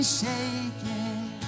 shaking